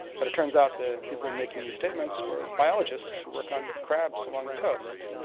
but it turns out the people making these statements were biologists who work on crabs along the coast.